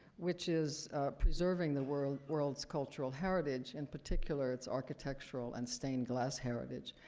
which is preserving the world's world's cultural heritage, in particular, its architectural and stained glass heritage.